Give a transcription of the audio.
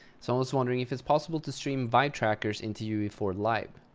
someone was wondering if it's possible to stream vive trackers into u e four live.